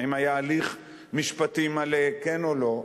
האם היה הליך משפטי מלא כן או לא.